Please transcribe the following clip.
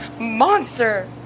Monster